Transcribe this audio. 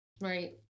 Right